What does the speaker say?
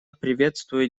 приветствую